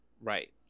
Right